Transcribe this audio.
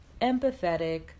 empathetic